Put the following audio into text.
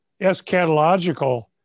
eschatological